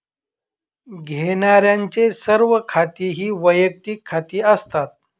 घेण्यारांचे सर्व खाती ही वैयक्तिक खाती असतात